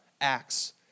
Acts